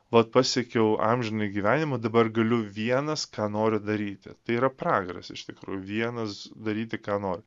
vat pasiekiau amžinąjį gyvenimą dabar galiu vienas ką noriu daryti tai yra pragaras iš tikrųjų vienas daryti ką noriu